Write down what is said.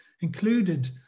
included